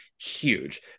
huge